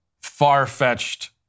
far-fetched